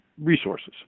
resources